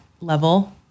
level